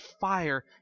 fire